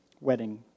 wedding